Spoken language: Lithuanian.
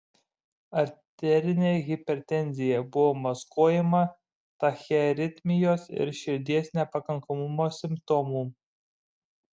arterinė hipertenzija buvo maskuojama tachiaritmijos ir širdies nepakankamumo simptomų